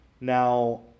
Now